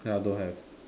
ya don't have